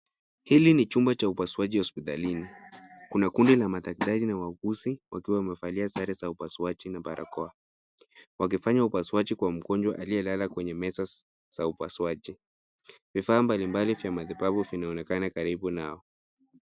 Hili ni chumba cha upasuaji hospitalini. Kuna kundi la madaktari na wauguzi wakiwa wamevalia sare za upasuaji na barakoa wakifanya upasuaji kwa mgonjwa aliyelala kwenye meza za upasuaji. Vifaa mbalimbali vya matibabu vinaonekana karibu nao.